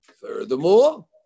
Furthermore